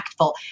impactful